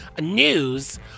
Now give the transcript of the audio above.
news